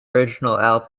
original